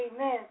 Amen